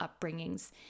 upbringings